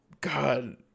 God